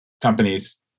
companies